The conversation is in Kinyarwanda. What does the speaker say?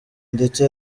ndetse